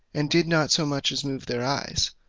and did not so much as move their eyes,